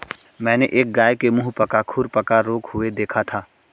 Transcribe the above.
मैंने एक गाय के मुहपका खुरपका रोग हुए देखा था